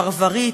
פרברית,